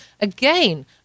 Again